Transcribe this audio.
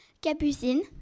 Capucine